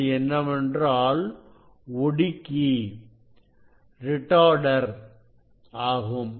அது என்னவென்றால் ஒடுக்கி ஆகும்